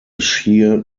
sheer